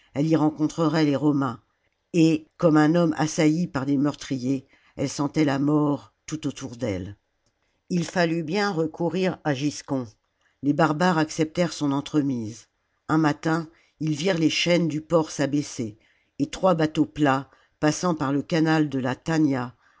rencontrerait les romains et comme un homme assailli par des meurtriers elle sentait la mort tout autour d'elle ii fallut bien recourir à giscon les barbares acceptèrent son entremise un matin ils virent les chaînes du port s'abaisser et trois bateaux plats passant par le canal de la